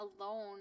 alone